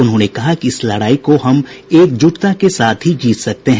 उन्होंने कहा कि इस लड़ाई को हम एकजुटता के साथ ही जीत सकते हैं